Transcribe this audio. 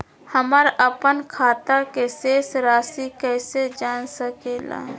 हमर अपन खाता के शेष रासि कैसे जान सके ला?